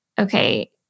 okay